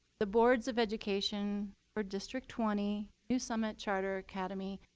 the boards of education for district twenty, new summit charter academy,